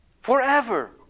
Forever